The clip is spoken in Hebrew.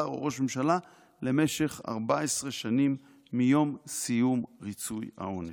שר או ראש ממשלה למשך 14 שנים מיום סיום ריצוי העונש.